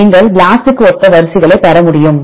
நீங்கள் BLAST க்கு ஒத்த வரிசைகளை பெற முடியும்